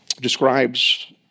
describes